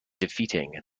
defeating